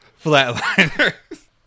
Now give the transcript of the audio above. Flatliners